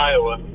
Iowa